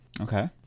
Okay